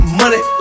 money